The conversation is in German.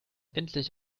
endlich